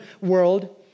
world